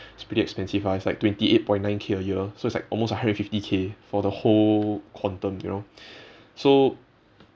it's pretty expensive ah it's like twenty eight point nine k a year so it's like almost a hundred and fifty k for the whole quantum you know so